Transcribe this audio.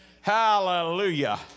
Hallelujah